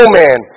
man